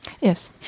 Yes